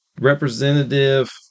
Representative